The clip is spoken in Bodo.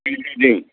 बांद्रायदों